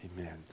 Amen